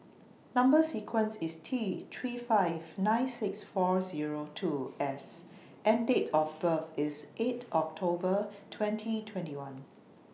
Number sequence IS T three five nine six four Zero two S and Date of birth IS eight October twenty twenty one